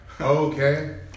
Okay